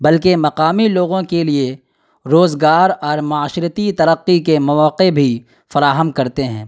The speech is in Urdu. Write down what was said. بلکہ مقامی لوگوں کے لیے روزگار اور معاشرتی ترقی کے مواقع بھی فراہم کرتے ہیں